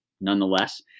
nonetheless